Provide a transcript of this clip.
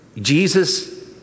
Jesus